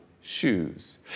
shoes